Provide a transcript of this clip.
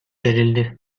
verildi